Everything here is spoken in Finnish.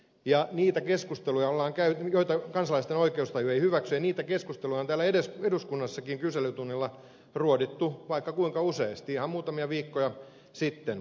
ja niitä keskusteluja lakeja joita kansalaisten oikeustaju ei hyväksy ja niitä keskusteluja on täällä eduskunnassakin kyselytunnilla ruodittu vaikka kuinka useasti ihan muutamia viikkoja sitten edellisen kerran